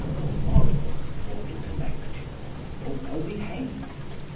more moral, more intellectual, more well-behaved.